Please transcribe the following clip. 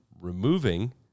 removing